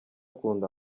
akunda